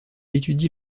étudie